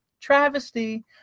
Travesty